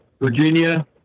virginia